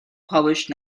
published